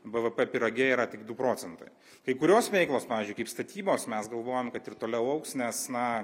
bvp pyrage yra tik du procentai kai kurios veiklos pavyzdžiui kaip statybos mes galvojam kad ir toliau augs nes na